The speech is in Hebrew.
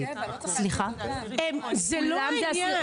זה לא העניין.